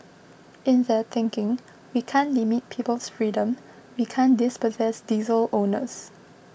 in their thinking we can't limit people's freedom we can't dispossess diesel owners